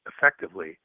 effectively